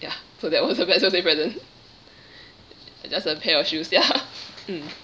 ya so that was the best birthday present just a pair of shoes ya mm